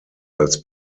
als